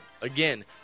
Again